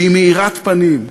שהיא מאירת פנים?